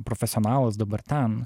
profesionalas dabar ten